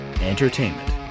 Entertainment